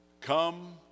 Come